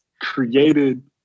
created